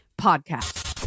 Podcast